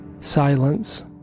Silence